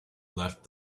left